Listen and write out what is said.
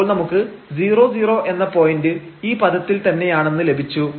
അപ്പോൾ നമുക്ക് 00 എന്ന പോയന്റ് ഈ പദത്തിൽ തന്നെയാണെന്ന് ലഭിച്ചു